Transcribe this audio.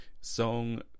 Song